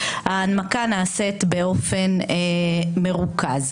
ההנמקה נעשית באופן מרוכז.